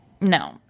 no